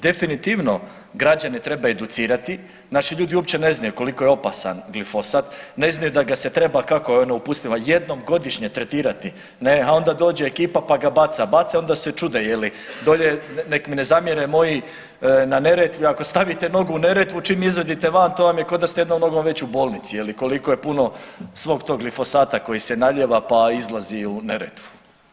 Definitivno građane treba educirati, naši ljudi uopće ne znaju koliko je opasan glifosat, ne znaju da ga se treba, kako je ono u uputstvima, jednom godišnje tretirati ne, a onda dođe ekipa, pa ga baca i baca i onda se čude je li, dolje nek mi ne zamjere moji na Neretvi ako stavite nogu u Neretvu čim izvadite van to vam je koda ste jednom nogom već u bolnici je li koliko je puno svog tog glifosata koji se naljeva, pa izlazi u Neretvu.